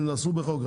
הם נעשו בחוק,